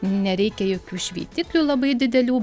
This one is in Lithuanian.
nereikia jokių šveitiklių labai didelių